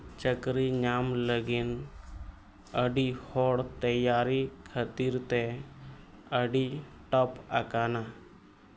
ᱪᱟᱹᱠᱨᱤ ᱧᱟᱢ ᱞᱟᱹᱜᱤᱫ ᱟᱹᱰᱤ ᱦᱚᱲ ᱛᱮᱭᱟᱨᱤ ᱠᱷᱟᱹᱛᱤᱨ ᱛᱮ ᱟᱹᱰᱤ ᱴᱟᱯ ᱟᱠᱟᱱᱟ